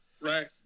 Right